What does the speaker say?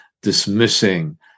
dismissing